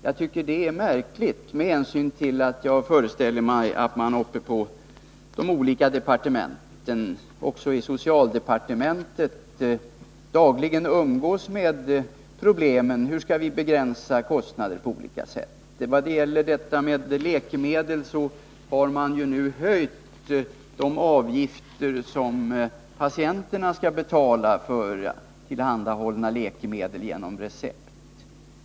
Jag tycker att det är märkligt med hänsyn till att jag föreställer mig att man i de olika departementen — också i socialdepartementet — dagligen umgås med problemet att försöka begränsa kostnader på olika sätt. Vad gäller detta med läkemedel kan det konstateras att man nu har höjt de avgifter som patienterna skall betala för genom recept tillhandahållna läkemedel.